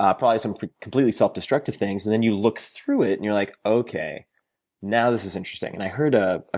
um probably some completely self-destructive things and then you look through it and you're like okay now this is interesting. and i heard a ah